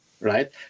right